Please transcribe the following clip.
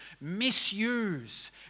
misuse